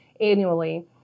annually